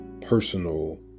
personal